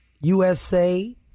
USA